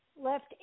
left